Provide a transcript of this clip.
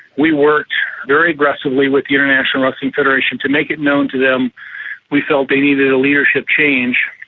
we worked very aggressively with the international wrestling federation to make it known to them we felt they needed a leadership change.